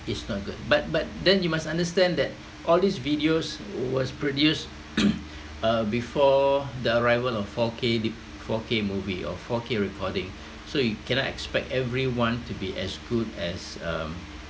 it's not good but but then you must understand that all these videos was produced uh before the arrival of four K d~ four K movie or four K recording so you cannot expect everyone to be as good as um